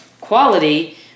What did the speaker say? quality